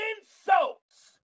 insults